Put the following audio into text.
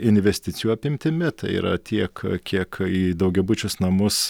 investicijų apimtimi tai yra tiek kiek į daugiabučius namus